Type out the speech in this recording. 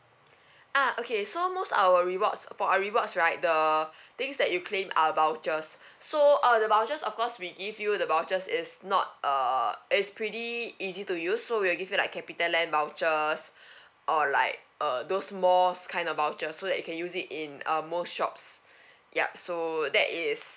ah okay so most our rewards for our rewards right the things that you claim are vouchers so uh the vouchers of course we give you the vouchers is not uh is pretty easy to use so we'll give you like capitaland vouchers or like uh those malls kind of voucher so that you can use it in uh most shops yup so that is